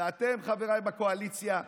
אתם, חבריי בקואליציה,